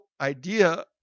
idea